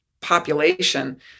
population